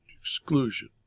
exclusion